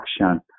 action